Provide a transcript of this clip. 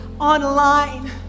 online